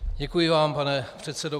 Děkuji vám, pane předsedo.